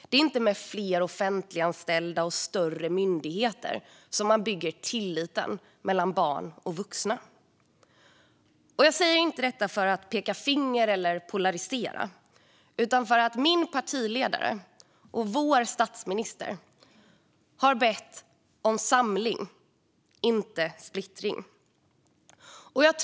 Det är inte med fler offentliganställda och större myndigheter som man bygger tillit mellan barn och vuxna. Jag säger inte detta för att peka finger eller polarisera utan därför att min partiledare, och vår statsminister, har bett om samling - inte splittring.